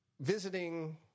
visiting